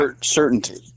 certainty